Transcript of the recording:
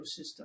ecosystem